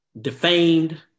defamed